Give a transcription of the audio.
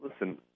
listen